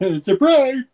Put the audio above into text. Surprise